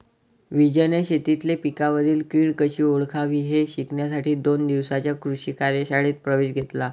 विजयने शेतीतील पिकांवरील कीड कशी ओळखावी हे शिकण्यासाठी दोन दिवसांच्या कृषी कार्यशाळेत प्रवेश घेतला